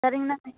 சரிங்கண்ணா